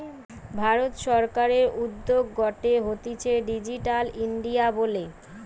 ভারত সরকারের উদ্যোগ গটে হতিছে ডিজিটাল ইন্ডিয়া বলে